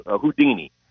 Houdini